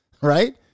right